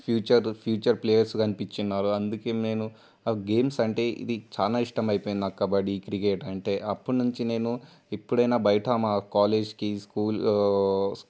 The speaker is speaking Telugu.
ఫ్యూచర్ ఫ్యూచర్ ప్లేయర్సు కనిపించారు అందుకే నేను ఆ గేమ్స్ అంటే ఇది చాలా ఇష్టం అయిపోయింది నాకు కబడ్డీ క్రికెట్ అంటే అప్పటి నుంచి నేను ఎప్పుడైనా బయట మా కాలేజ్కి స్కూల్